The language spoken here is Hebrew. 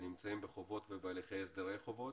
הנמצאים בחובות ובהליכי הסדרי חובות.